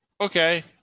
Okay